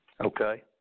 Okay